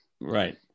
right